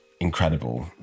incredible